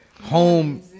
home